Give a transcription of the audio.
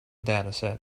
dataset